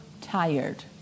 tired